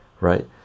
right